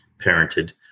parented